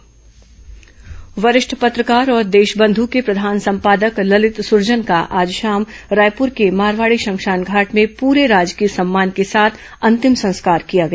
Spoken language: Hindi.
ललित सुरजन निधन वरिष्ठ पत्रकार और देशबंधू के प्रधान संपादक ललित सुरजन का आज शाम रायपुर के मरवाड़ी श्मशान घाट में पूरे राजकीय सम्मान के साथ अंतिम संस्कार किया गया